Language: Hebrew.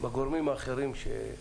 בגורמים האחרים ש-